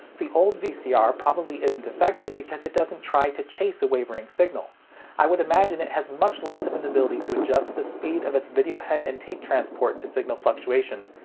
the old vcr probably isn't affected because it doesn't try to chase a wavering signal i would imagine it has much less of an ability to adjust the speed of its video head and tape transport to signal fluctuations,